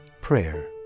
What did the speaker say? Prayer